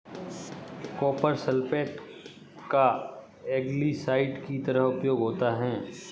copper sulphate का algicide की तरह उपयोग होता है